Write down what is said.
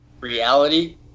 reality